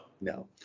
No